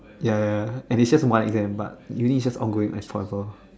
ya ya and is just one exam but uni is just ongoing like forever